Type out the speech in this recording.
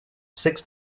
six